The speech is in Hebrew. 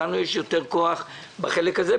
לנו יש יותר כוח בחלק הזה,